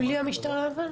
בלי המשטרה אבל?